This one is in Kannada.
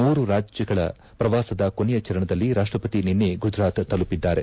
ಮೂರು ರಾಜ್ಲಗಳ ಪ್ರವಾಸದ ಕೊನೆಯ ಚರಣದಲ್ಲಿ ರಾಷ್ಲಪತಿ ನಿನ್ನೆ ಗುಜರಾತ್ ತಲುಪಿದ್ದಾರೆ